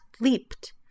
leaped